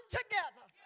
together